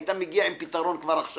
היית מגיע עם פתרון כבר עכשיו.